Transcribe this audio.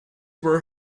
were